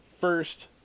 first